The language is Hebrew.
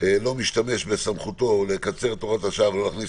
לא משתמש בסמכותו לקצר את הוראת השעה ולא להכניס